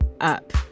up